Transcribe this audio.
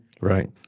right